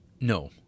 no